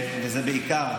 זה בעיקר,